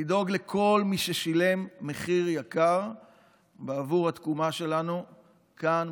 לדאוג לכל מי ששילם מחיר יקר בעבור התקומה שלנו כאן,